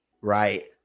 right